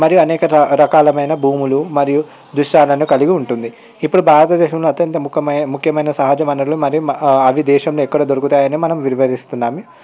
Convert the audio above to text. మరియు అనేక రకాలమైన భూములు మరియు దృశ్యాలను కలిగి ఉంటుంది ఇప్పుడు భారతదేశంలో అత్యంత ముఖ్యమైన సహజ వనరులు మరియు అవి దేశంలో ఎక్కడ దొరుకుతాయని మనం వివరిస్తున్నాం